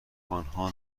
آنها